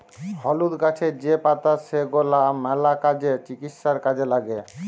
হলুদ গাহাচের যে পাতা সেগলা ম্যালা কাজে, চিকিৎসায় কাজে ল্যাগে